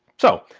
so,